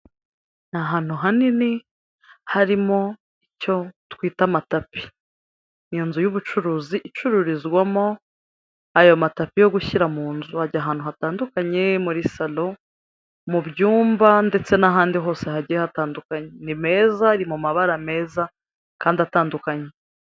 Ni ahantu hanini harimo icyo twita amatapi, iyo nzu y'ubucuruzi icururizwamo ayo matapi yo gushyira mu nzu ajya ahantu hatandukanye muri salo, mu byumba ndetse n'ahandi hose hagiye hatandukanye, ni meza ari mu mabara meza kandi atandukanye.